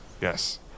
Yes